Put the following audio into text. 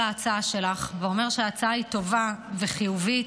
ההצעה שלך ואומר שההצעה היא טובה וחיובית,